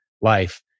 life